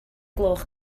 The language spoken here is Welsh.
gloch